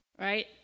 Right